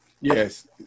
Yes